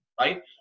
right